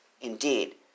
Indeed